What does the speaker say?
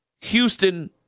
Houston